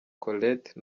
colette